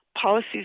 policies